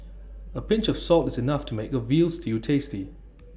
A pinch of salt is enough to make A Veal Stew tasty